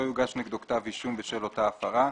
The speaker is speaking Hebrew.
לא יוגש נגדו כתב אישום בשל אותה הפרה,